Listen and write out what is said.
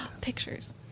pictures